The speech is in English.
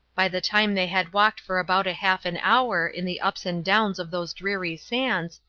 by the time they had walked for about half an hour in the ups and downs of those dreary sands,